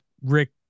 Rick